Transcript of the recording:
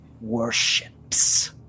worships